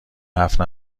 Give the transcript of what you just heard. حرف